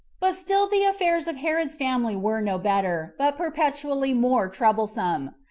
but still the affairs of herod's family were no better, but perpetually more troublesome.